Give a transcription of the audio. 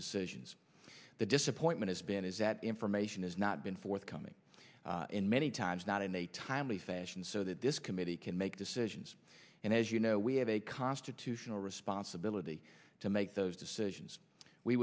decisions the disappointment has been is that information has not been forthcoming in many times not in a timely fashion so that this committee can make decisions and as you know we have a constitutional responsibility to make those decisions we